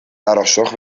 arhoswch